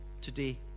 today